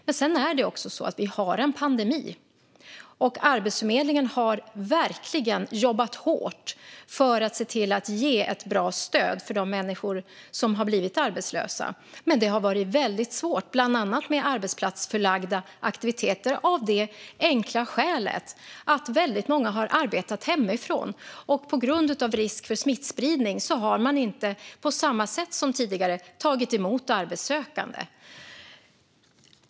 Men sedan har vi också en pandemi, och Arbetsförmedlingen har verkligen jobbat hårt för att ge ett bra stöd till de människor som har blivit arbetslösa. Det har dock varit väldigt svårt med bland annat arbetsplatsförlagda aktiviteter, av det enkla skälet att väldigt många har arbetat hemifrån. På grund av risk för smittspridning har man inte heller tagit emot arbetssökande på samma sätt som tidigare.